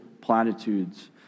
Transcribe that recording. platitudes